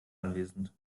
anwesend